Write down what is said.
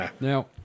Now